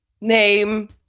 name